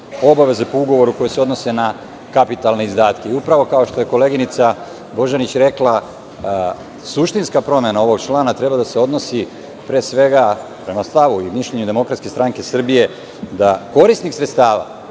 obaveze po ugovoru koje se odnose na kapitalne izdatke, upravo što je koleginica Božanić rekla. Suštinska promena ovog člana treba da se odnosi pre svega, prema stavu i mišljenje DSS, da korisnik sredstava